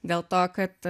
dėl to kad